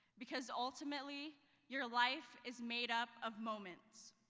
because ultimately your life is made up of moments.